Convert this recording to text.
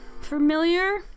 familiar